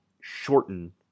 shorten